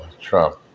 Trump